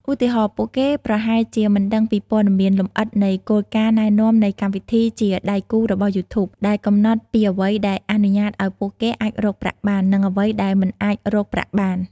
ឧទាហរណ៍ ពួកគេប្រហែលជាមិនដឹងពីពណ៌មានលម្អិតនៃ គោលការណ៍ណែនាំនៃកម្មវិធីជាដៃគូរបស់យូធូប ដែលកំណត់ពីអ្វីដែលអនុញ្ញាតឲ្យពួកគេអាចរកប្រាក់បាន និងអ្វីដែលមិនអាចរកប្រាក់បាន។